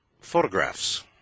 photographs